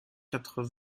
quatre